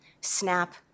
SNAP